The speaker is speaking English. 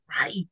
right